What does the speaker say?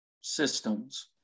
systems